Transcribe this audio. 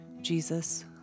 Jesus